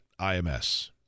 IMS